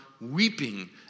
weeping